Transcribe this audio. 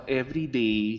everyday